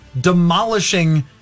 demolishing